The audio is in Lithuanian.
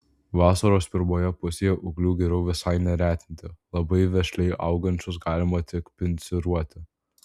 vasaros pirmoje pusėje ūglių geriau visai neretinti labai vešliai augančius galima tik pinciruoti